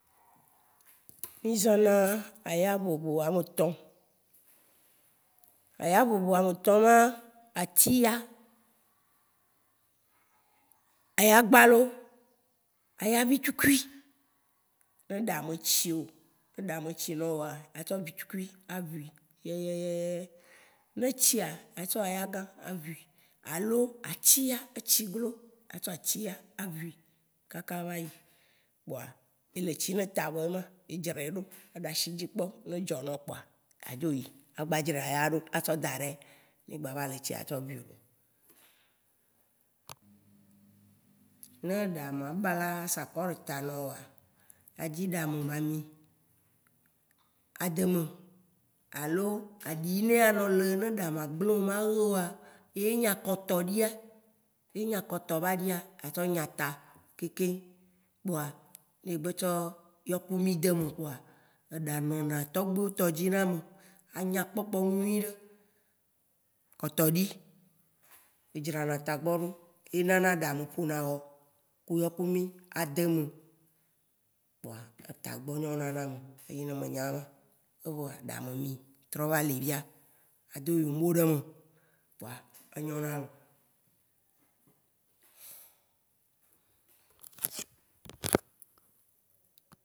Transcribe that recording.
Mi zana aya vovovo amé tɔ̃. Aya vovo amé tɔ̃ ma: atsi ya, aya gbalo, aya vitsukui. Né éɖa me tsi woa, éɖa mé tsi na woa, a tsɔ vitsukui a vui yèyèyè. Né étsia, a tsɔ aya gã a vui. Alo atsiya, étsiglo, a tsɔ atsiya a vui kaka vayi kpoa, élétsi né tamé éma; édrèɖo, a ɖasi dzikpɔ, né édzɔ na wo kpoa, adzoyi agba dzra ya ɖo a tsɔ daɖè. Né égbava lé tsi, a sɔ vui. Né, éɖa ma bala, sakɔ̃ lé ta na woa, a dzi ɖamé ma mi a dé mè. Alo aɖi yé anɔ lé nè ɖa ma gblé mayé woa, yé nyé akɔtɔ ɖia, yé nyé akɔtɔ ba ɖia a tsɔ nya ta keŋ keŋ kpoa, yé égbé tsɔ yokumi démè kpoa, éɖa nɔna togbuiwo todzi nanè; anya kpɔkpɔ nyuiɖé. Kɔtɔɖi, eɖrana ɖa gbɔ vi enana ɖa mé fo na wɔ ku- yɔkumi a démè. Kpoa tagbɔ nɔna na amé. Eyi né mé nyã, ye wã voa, ɖamémí trɔva lé via. A do yombo ɖé mé, kpoa, ényona loo.